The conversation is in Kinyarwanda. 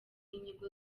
inyigo